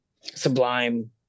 Sublime